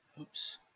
oops